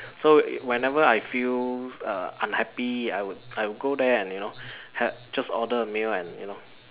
so whenever I feel uh unhappy I would I would go there and you know ha~ just order a meal and you know